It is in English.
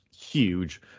huge